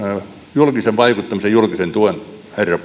julkisen vaikuttamisen julkisen tuen herra